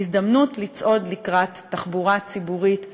הזדמנות לצעוד לקראת תחבורה ציבורית טובה,